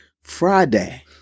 Friday